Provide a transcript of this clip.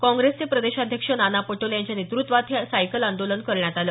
काँग्रेसचे प्रदेशाध्यक्ष नाना पटोले यांच्या नेतृत्वात हे सायकल आंदोलन झालं